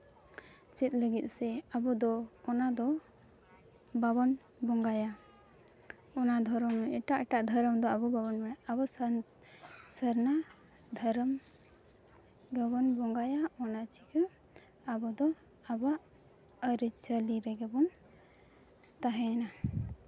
ᱪᱮᱫ ᱞᱟᱹᱜᱤᱫ ᱥᱮ ᱟᱵᱚ ᱫᱚ ᱚᱱᱟ ᱫᱚ ᱵᱟᱵᱚᱱ ᱵᱚᱸᱜᱟᱭᱟ ᱚᱱᱟ ᱫᱚᱨᱚᱢ ᱮᱴᱟᱜ ᱮᱴᱟᱜ ᱫᱷᱚᱨᱚᱢ ᱫᱚ ᱟᱵᱚ ᱵᱟᱵᱚᱱ ᱢᱟᱱᱟᱣᱟ ᱟᱵᱚ ᱥᱟᱱᱛᱟᱲ ᱥᱟᱨᱱᱟ ᱫᱷᱚᱨᱚᱢ ᱜᱮᱵᱚᱱ ᱵᱚᱸᱜᱟᱭᱟ ᱚᱱᱟ ᱪᱤᱠᱟᱹ ᱟᱵᱚ ᱫᱚ ᱟᱵᱚᱣᱟ ᱟᱹᱨᱤᱪᱟᱹᱞᱤ ᱨᱮᱜᱮ ᱵᱚᱱ ᱛᱟᱦᱮᱱᱟ